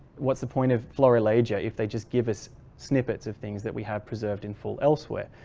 what's the point of florilegia if they just give us snippets of things that we have preserved in full elsewhere?